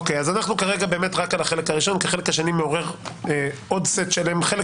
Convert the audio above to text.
אנחנו נתמקד כרגע בחלק הראשון כי החלק השני מעורר עוד סט שלם של בעיות.